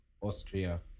Austria